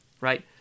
right